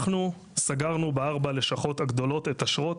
אנחנו סגרנו בארבע הלשכות הגדולות את אשרות,